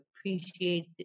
appreciate